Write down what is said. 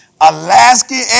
Alaska